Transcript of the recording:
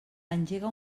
engega